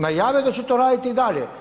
Najavio je da će to raditi i dalje.